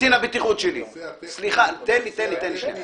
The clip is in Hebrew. אתה יכול